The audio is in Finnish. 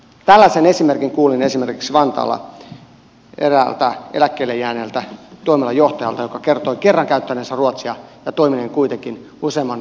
tällaisen esimerkin kuulin esimerkiksi vantaalla eräältä eläkkeelle jääneeltä toimialajohtajalta joka kertoi kerran käyttäneensä ruotsia ja toimineensa kuitenkin useamman vuosikymmenen vantaalla